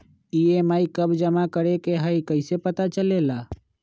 EMI कव जमा करेके हई कैसे पता चलेला?